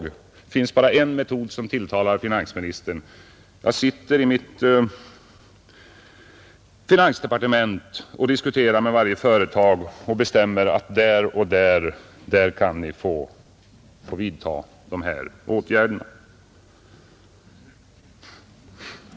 Det finns bara en metod som tilltalar finansministern: Jag sitter i mitt finansdepartement och diskuterar med varje företag och bestämmer att där och där kan ni få vidta de här åtgärderna.